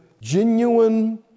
genuine